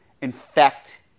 infect